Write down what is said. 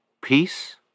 peace